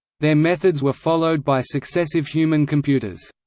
their methods were followed by successive human computers.